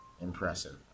impressive